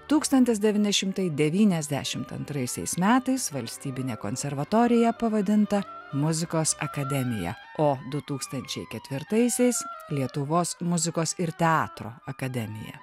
tūkstantis devyni šimtai devyniasdešim antraisiais metais valstybinė konservatorija pavadinta muzikos akademija o du tūkstančiai ketvirtaisiais lietuvos muzikos ir teatro akademija